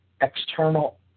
external